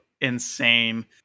insane